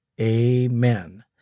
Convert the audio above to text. Amen